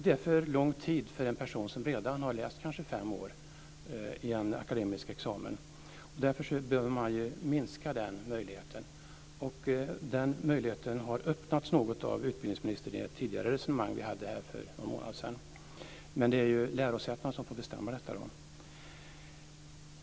Det är för lång tid för en person som kanske redan har läst fem år i en akademisk examen. Därför behöver man minska den tiden. Den möjligheten har öppnats något av utbildningsministern i ett tidigare resonemang vi hade här för någon månad sedan. Men det är lärosätena som får bestämma detta.